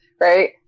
right